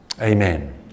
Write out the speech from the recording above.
Amen